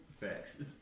Facts